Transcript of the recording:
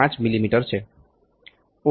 5 મી